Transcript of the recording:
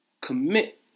Commit